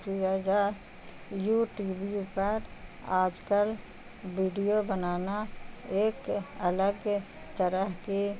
کی و جائے یو ٹیبی پر آج کل ویڈیو بنانا ایک الگ طرح کی